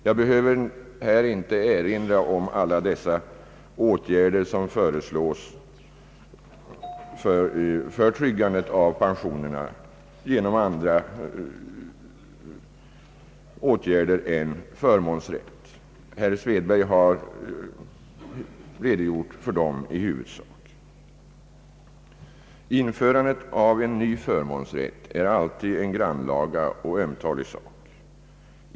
Jag behöver här inte erinra om alla de åtgärder som föreslås för tryggande av pensionerna genom andra åtgärder än förmånsrätten. Herr Svedberg har i huvudsak redogjort för dem. Införandet av en ny förmånsrätt är alltid en grannlaga och ömtålig sak.